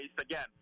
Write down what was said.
Again